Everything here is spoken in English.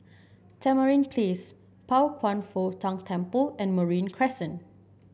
Tamarind Place Pao Kwan Foh Tang Temple and Marine Crescent